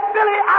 Billy